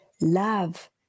Love